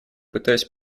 пытаясь